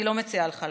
אני לא מציעה לך לקחת.